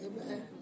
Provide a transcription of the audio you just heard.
Amen